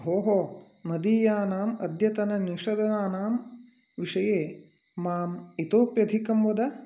भोः मदीयानाम् अद्यतननिषदनानां विषये माम् इतोऽप्यधिकं वद